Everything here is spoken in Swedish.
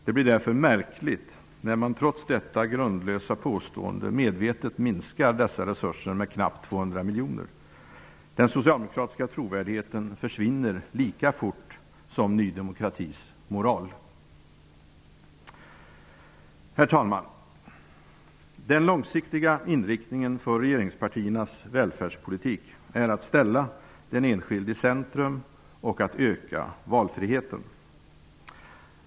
Det blir därför märkligt när man trots detta grundlösa påstående medvetet minskar dessa resurser med nästan 200 miljoner! Den socialdemokratiska trovärdigheten försvinner lika fort som Ny Demokratis moral! Herr talman! Den långsiktiga inriktningen för regeringspartiernas välfärdspolitik är att ställa den enskilde i centrum och att öka valfriheten.